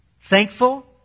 Thankful